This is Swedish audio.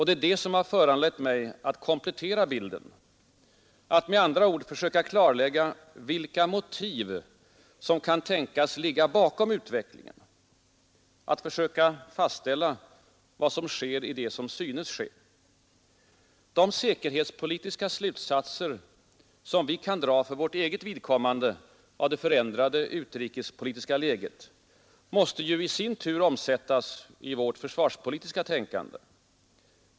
Det är detta som föranlett mig att komplettera bilden, att med andra ord försöka klarlägga vilka motiv som kan tänkas ligga bakom utvecklingen, att försöka fastställa vad som sker i det som synes ske. De säkerhetspolitiska slutsatser som vi kan dra för vårt eget vidkommande av det förändrade utrikespolitiska läget måste ju i sin tur omsättas i vårt försvarspolitiska tänkande.